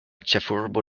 ĉefurbo